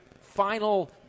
final